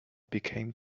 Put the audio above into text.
became